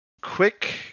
quick